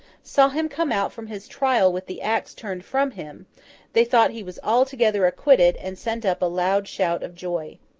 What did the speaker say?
saw him come out from his trial with the axe turned from him they thought he was altogether acquitted, and sent up a loud shout of joy.